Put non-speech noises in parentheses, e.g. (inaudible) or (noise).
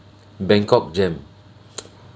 bangkok jam (noise)